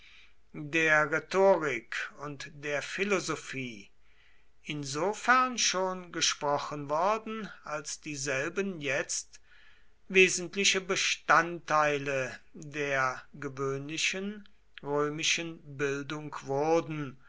der rhetorik und der philosophie insofern schon gesprochen worden als dieselben jetzt wesentliche bestandteile der gewöhnlichen römischen bildung wurden